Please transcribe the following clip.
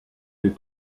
les